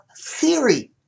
theory